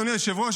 אדוני היושב-ראש,